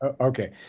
okay